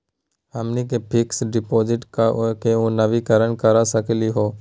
हमनी के fix deposit क केना नवीनीकरण करा सकली हो?